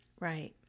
Right